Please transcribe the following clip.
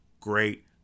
Great